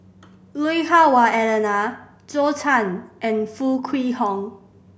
Lui Hah Wah Elena Zhou Can and Foo Kwee Horng